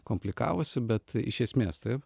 komplikavosi bet iš esmės taip